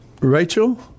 Rachel